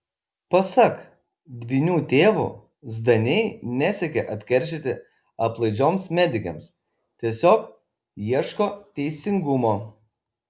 pasak dvynių tėvo zdaniai nesiekia atkeršyti aplaidžioms medikėms tiesiog ieško teisingumo